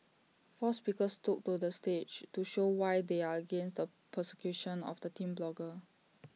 four speakers took to the stage to show why they are against the persecution of the teen blogger